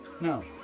no